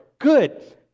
Good